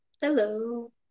Hello